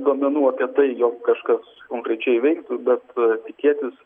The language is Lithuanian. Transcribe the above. duomenų apie tai jog kažkas konkrečiai veiktų bet tikėtis